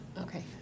Okay